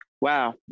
wow